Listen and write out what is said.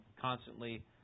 constantly